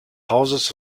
hauses